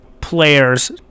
players